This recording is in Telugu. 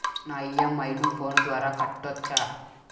నా ఇ.ఎం.ఐ ను ఫోను ద్వారా కట్టొచ్చా?